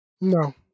No